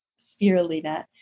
Spirulina